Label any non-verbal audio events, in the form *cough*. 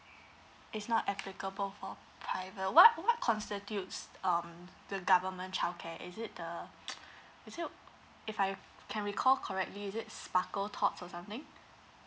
it's not applicable for private what what constitutes um the government childcare is it the *noise* is it if I can recall correctly is it sparkletots or something